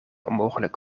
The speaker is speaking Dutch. onmogelijk